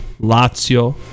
Lazio